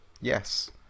Yes